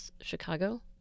Chicago